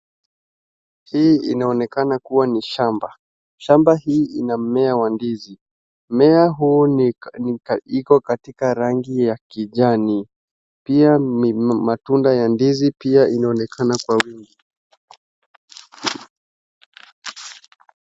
Hii inaonekana kuwa ni shamba. Shamba hii ina mmea wa ndizi. Mmea huu iko katika rangi ya kijani. Pia matunda ya ndizi pia inaonekana kwa wingi.